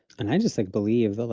and i just, like believe that,